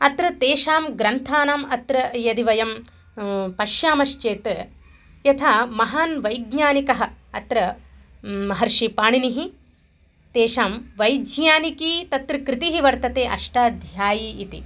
अत्र तेषां ग्रन्थानाम् अत्र यदि वयं पश्यामश्चेत् यथा महान् वैज्ञानिकः अत्र महर्षिः पाणिनिः तेषां वैज्ञानिकी तत्र कृतिः वर्तते अष्टाध्यायी इति